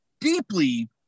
deeply